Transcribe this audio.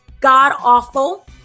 god-awful